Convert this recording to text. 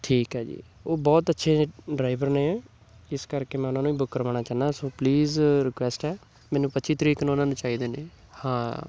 ਠੀਕ ਹੈ ਜੀ ਉਹ ਬਹੁਤ ਅੱਛੇ ਡਰਾਇਵਰ ਨੇ ਇਸ ਕਰਕੇ ਮੈਂ ਉਹਨਾਂ ਨੂੰ ਹੀ ਬੁੱਕ ਕਰਵਾਉਣਾ ਚਾਹੁੰਦਾ ਸੋ ਪਲੀਜ਼ ਰਿਕੁਐਸਟ ਹੈ ਮੈਨੂੰ ਪੱਚੀ ਤਰੀਕ ਨੂੰ ਉਹਨਾਂ ਨੂੰ ਚਾਹੀਦੇ ਨੇ ਹਾਂ